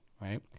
right